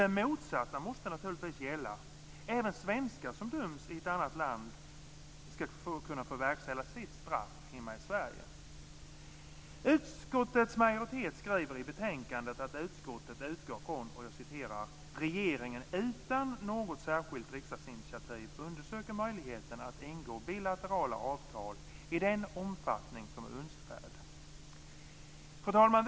Det motsatta måste naturligtvis gälla, att även svenskar som dömts i ett annat land ska kunna få verkställa sitt straff hemma i Sverige. Utskottsmajoriteten skriver i betänkandet att utskottet utgår från att "regeringen, utan något särskilt riksdagsinitiativ, undersöker möjligheterna att ingå bilaterala avtal i den omfattning som är önskvärd". Fru talman!